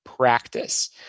Practice